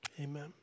Amen